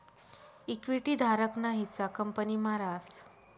equity धारक ना हिस्सा कंपनी मा रास